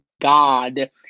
God